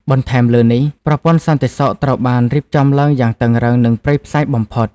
បន្ថែមលើនេះ ប្រព័ន្ធសន្តិសុខត្រូវបានរៀបចំឡើងយ៉ាងតឹងរ៉ឹង និងព្រៃផ្សៃបំផុត។